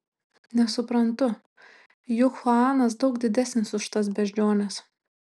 nesuprantu juk chuanas daug didesnis už tas beždžiones